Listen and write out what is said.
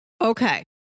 Okay